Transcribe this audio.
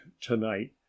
tonight